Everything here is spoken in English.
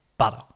Butter